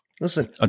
Listen